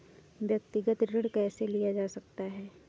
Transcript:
व्यक्तिगत ऋण कैसे लिया जा सकता है?